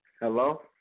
Hello